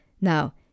Now